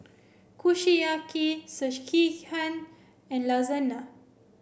Kushiyaki Sekihan and Lasagna